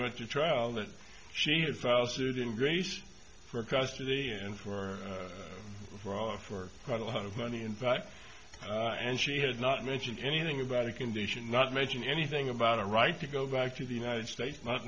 went to trial that she had filed suit in greece for custody and for fraud for quite a lot of money in fact and she had not mentioned anything about a condition not mention anything about a right to go back to the united states m